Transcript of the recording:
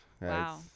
Wow